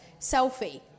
selfie